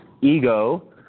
Ego